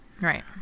Right